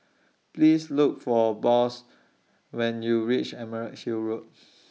Please Look For Boss when YOU REACH Emerald Hill Road